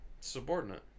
subordinate